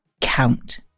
count